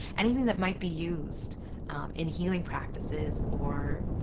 anything that might be used in healing practices or